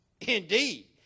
indeed